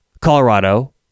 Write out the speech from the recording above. Colorado